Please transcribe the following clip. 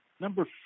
number